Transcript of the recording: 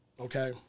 okay